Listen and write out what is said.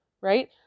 right